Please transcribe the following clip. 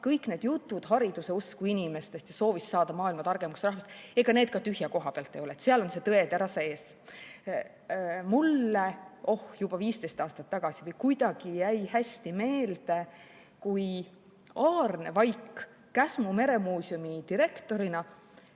kõik need jutud hariduse usku inimestest ja soovist saada maailma kõige targemaks rahvaks – ega need ka tühja koha pealt ei ole tekkinud. Seal on tõetera sees. Mulle jäi juba 15 aastat tagasi kuidagi hästi meelde see, kui Aarne Vaik Käsmu Meremuuseumi direktorina